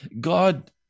God